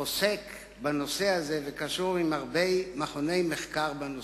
עוסק בנושא הזה וקשור עם הרבה מכוני מחקר העוסקים בנושא.